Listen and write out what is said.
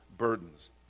burdens